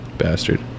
bastard